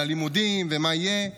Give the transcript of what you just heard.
על הלימודים, ומה יהיה.